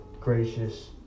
gracious